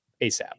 ASAP